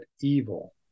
evil